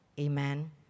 Amen